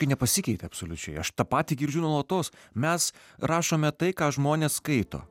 nepasikeitė absoliučiai aš tą patį girdžiu nuolatos mes rašome tai ką žmonės skaito